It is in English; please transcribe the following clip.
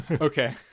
Okay